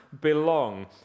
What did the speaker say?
belong